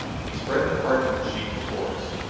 he spread the parchment sheet before us.